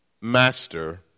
master